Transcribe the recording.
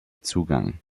zugang